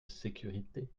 sécurités